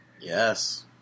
Yes